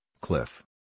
cliff